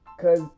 Cause